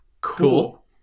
Cool